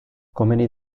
komeni